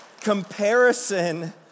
Comparison